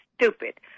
stupid